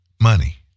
money